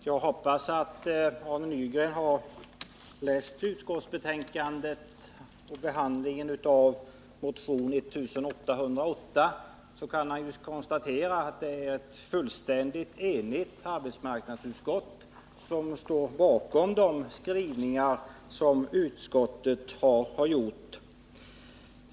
Herr talman! Jag hoppas Arne Nygren läst utskottsbetänkandet och behandlingen av motion 1808. Där kan han konstatera att det är ett fullständigt enigt arbetsmarknadsutskott som står bakom de skrivningar som utskottet har gjort.